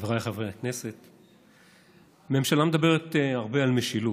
חבריי חברי הכנסת, הממשלה מדברת הרבה על משילות,